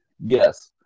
yes